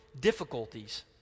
difficulties